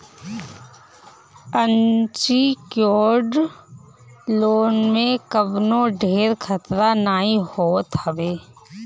unsecured loan में कवनो ढेर खतरा नाइ होत हवे